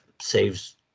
saves